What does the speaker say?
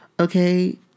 Okay